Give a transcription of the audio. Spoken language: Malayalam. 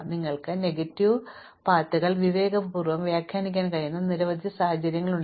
നിങ്ങൾക്ക് നെഗറ്റീവ് വഴികളെ വിവേകപൂർവ്വം വ്യാഖ്യാനിക്കാൻ കഴിയുന്ന നിരവധി സാഹചര്യങ്ങളുണ്ട്